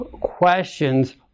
questions